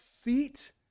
feet